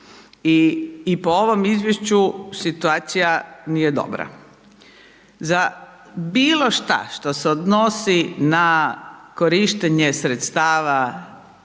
I po ovom izvješću situacija nije dobra. Za bilo šta što se odnosi na korištenje sredstava